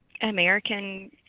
American